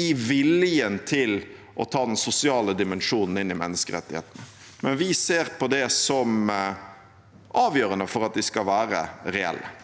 i viljen til å ta den sosiale dimensjonen inn i menneskerettighetene, men vi ser på det som avgjørende for at de skal være reelle.